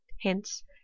hence